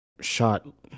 shot